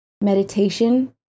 meditation